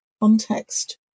context